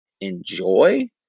enjoy